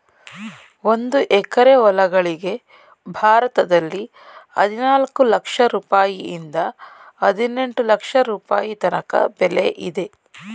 ಒಂದು ಎಕರೆ ಹೊಲಗಳಿಗೆ ಭಾರತದಲ್ಲಿ ಹದಿನಾಲ್ಕು ಲಕ್ಷ ರುಪಾಯಿಯಿಂದ ಹದಿನೆಂಟು ಲಕ್ಷ ರುಪಾಯಿ ತನಕ ಬೆಲೆ ಇದೆ